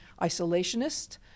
isolationist